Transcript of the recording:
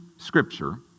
scripture